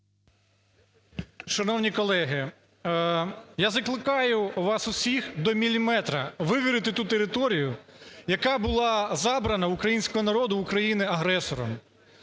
Шановні колеги, я закликаю вас усіх до міліметра вивірити ту територію, яка була забрана в українського народу, України агресором.